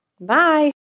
Bye